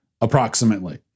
approximately